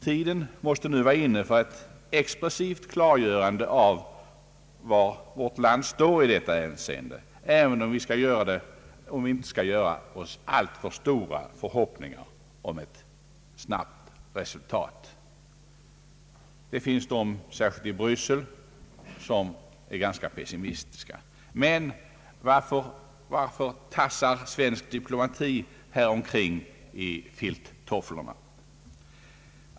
Tiden måste vara inne för ett expressivt klargörande av var vårt land står i detta hänseende, även om vi inte skall göra oss alltför stora förhoppningar om ett snabbt resultat. Det finns de, särskilt i Bryssel, som är ganska pessimistiska. Varför tassar svensk diplomati här omkring i filttofflorna?